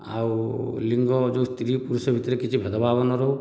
ଆଉ ଲିଙ୍ଗ ସ୍ତ୍ରୀ ପୁରୁଷ ଭିତରେ ଆଉ ଭେଦଭାବ ନ ରହୁ